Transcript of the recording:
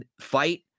fight